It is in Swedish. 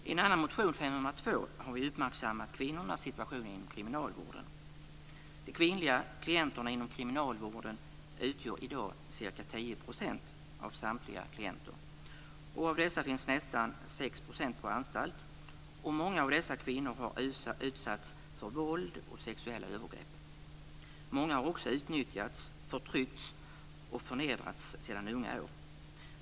I en annan motion, JuU502, har vi uppmärksammat kvinnornas situation inom kriminalvården. De kvinnliga klienterna inom kriminalvården utgör i dag ca 10 % av samtliga klienter. Av dessa finns nästan 6 % på anstalt, och många av dessa kvinnor har utsatts för våld och sexuella övergrepp. Många har också utnyttjats, förtryckts och förnedrats sedan unga år.